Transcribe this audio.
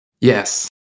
Yes